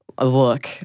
Look